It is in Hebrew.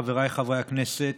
חבריי חברי הכנסת,